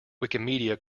wikimedia